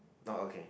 oh okay